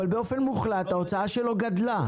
אבל באופן מוחלט ההוצאה שלו גדלה.